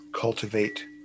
Cultivate